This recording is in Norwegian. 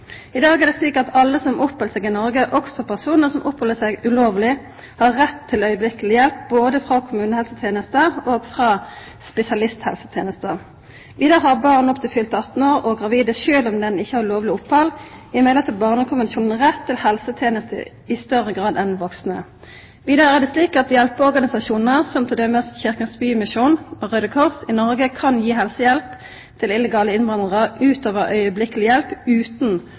I dag er det slik at alle som oppheld seg i Noreg, også personar som oppheld seg ulovleg, har rett til øyeblikkeleg hjelp både frå kommunehelsetenesta og frå spesialisthelsetenesta. Vidare har barn opptil fylte 18 år og gravide, sjølv om dei ikkje har lovleg opphald, i medhald av Barnekonvensjonen rett til helsetenester i større grad enn vaksne. Vidare er det slik at hjelpeorganisasjonar som t.d. Kirkens Bymisjon og Raudekrossen i Noreg kan gi helsehjelp til illegale innvandrarar utover øyeblikkeleg hjelp utan